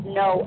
no